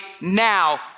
now